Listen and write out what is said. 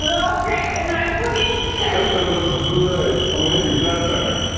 all straight and nice looking? it looks great, i'ma hit you dead center.